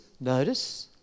Notice